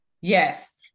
yes